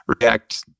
react